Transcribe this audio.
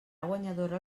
guanyadora